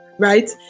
right